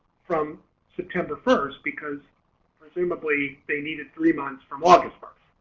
from september first because presumably they needed three months from august first.